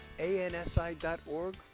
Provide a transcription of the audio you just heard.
ANSI.org